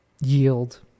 yield